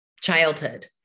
childhood